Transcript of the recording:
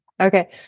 Okay